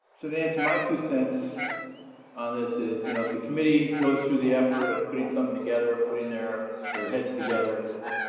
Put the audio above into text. to add to my two cents on this is you know if the committee goes through the effort of putting something together, putting their their heads together,